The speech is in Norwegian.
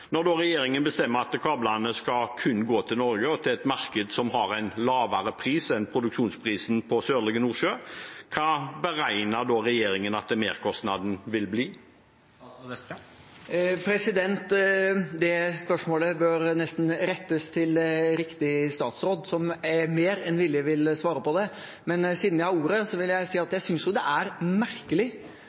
Når regjeringen da bestemmer at kablene kun skal gå til Norge og et marked som har en lavere pris enn produksjonsprisen på Sørlige Nordsjø, hva beregner da regjeringen at merkostnaden vil bli? Det spørsmålet bør nesten rettes til riktig statsråd, som mer enn villig vil svare på det. Men siden jeg har ordet, vil jeg si at jeg synes det er merkelig